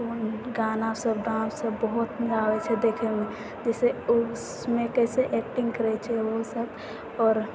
गानासब डान्ससब बहुत मजा आबै छै देखैमे जइसे उसमे कइसे एक्टिङ्ग करै छै ओसब आओर